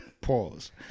Pause